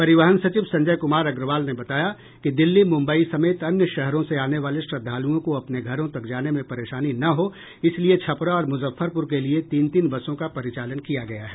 परिवहन सचिव संजय कुमार अग्रवाल ने बताया कि दिल्ली मुम्बई समेत अन्य शहरों से आने वाले श्रद्दालुओं को अपने घरों तक जाने में परेशानी न हो इसलिए छपरा और मुजफ्फरपुर के लिए तीन तीन बसों का परिचालन किया गया है